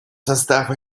состав